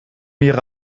ihre